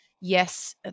yes